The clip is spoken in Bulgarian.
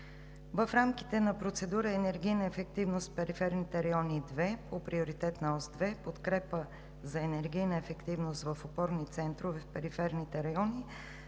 В рамките на процедура „Енергийна ефективност в периферните райони – 2“, по Приоритетна ос 2 в подкрепа за енергийна ефективност в опорни центрове в периферните райони